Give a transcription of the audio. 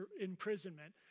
imprisonment